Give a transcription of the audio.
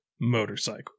motorcycle